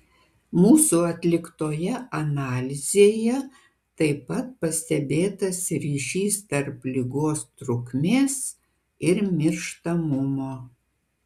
mūsų atliktoje analizėje taip pat pastebėtas ryšys tarp ligos trukmės ir mirštamumo